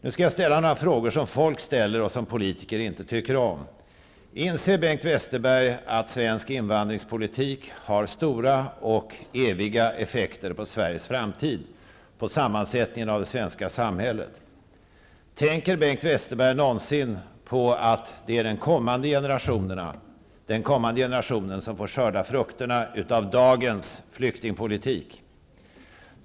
Nu skall jag ställa några frågor som folk ställer och som politiker inte tycker om. Inser Bengt Westerberg att svensk invandringspolitik har stora och eviga effekter på Sveriges framtid när det gäller sammansättningen av det svenska folket? Tänker Bengt Westerberg någonsin på att det är den kommande generationen som får skörda frukterna av dagens flyktingpolitik?